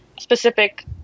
specific